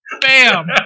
Bam